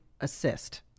assist